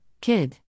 Kid